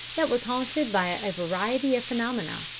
that was haunted by a variety of phenomena,